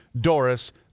Doris